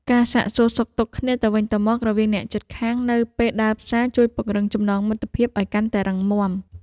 ការសាកសួរសុខទុក្ខគ្នាទៅវិញទៅមករវាងអ្នកជិតខាងនៅពេលដើរផ្សារជួយពង្រឹងចំណងមិត្តភាពឱ្យកាន់តែរឹងមាំ។